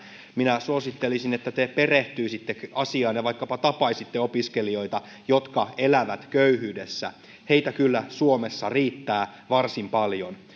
minä suosittelisin että te perehtyisitte asiaan ja vaikkapa tapaisitte opiskelijoita jotka elävät köyhyydessä heitä kyllä suomessa riittää varsin paljon